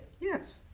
yes